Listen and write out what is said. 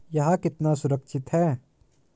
यह कितना सुरक्षित है?